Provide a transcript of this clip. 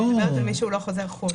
לא, מי שאינו חוזר חו"ל.